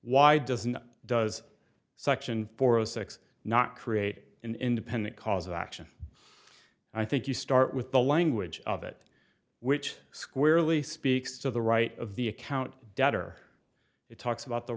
why doesn't does section four o six not create an independent cause of action i think you start with the language of it which squarely speaks to the right of the account debtor it talks about the